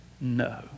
No